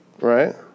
right